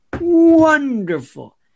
Wonderful